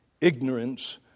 ignorance